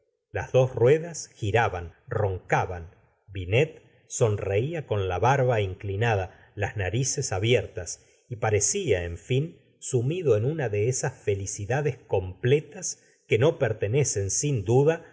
las dos ruedas giraban roncaban binet sonreía con la barba inclinada las narices abiertas y parecía en fin sumido en una de esa felicidades completas que no pertenecen sin duda